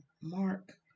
Mark